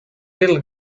little